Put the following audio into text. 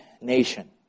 nation